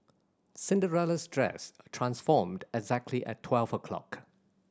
Cinderella's dress transformed exactly at twelve o'clock